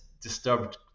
disturbed